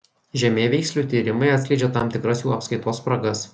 žemėveikslių tyrimai atskleidžia tam tikras jų apskaitos spragas